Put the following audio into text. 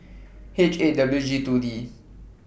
H eight W G two D